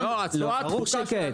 לא, ברור שכן.